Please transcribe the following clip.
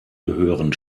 gehören